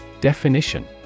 Definition